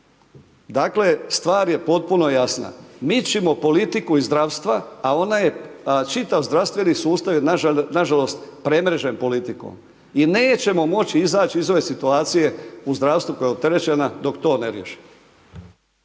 dakle, stvar je potpuno jasna. Mičimo politiku iz zdravstva, a ona je čitav zdravstveni sustav je nažalost premrežen politikom. I nećemo moći izaći iz ove situacije u zdravstvu koja je opterećena dok to ne riješimo.